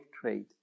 trade